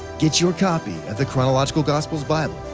get your copy of the chronological gospels bible,